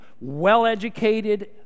well-educated